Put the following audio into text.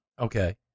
Okay